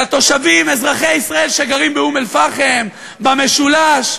של התושבים אזרחי ישראל שגרים באום-אלפחם, במשולש.